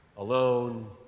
alone